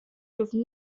dürfen